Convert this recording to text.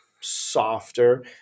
softer